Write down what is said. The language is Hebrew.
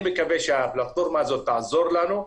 אני מקווה שהפלטפורמה הזאת תעזור לנו,